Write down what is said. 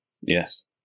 Yes